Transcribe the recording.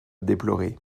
déplorer